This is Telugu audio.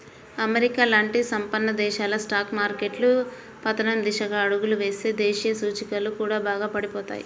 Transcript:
అమెరికా లాంటి సంపన్న దేశాల స్టాక్ మార్కెట్లు పతనం దిశగా అడుగులు వేస్తే దేశీయ సూచీలు కూడా బాగా పడిపోతాయి